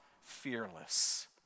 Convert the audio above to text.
fearless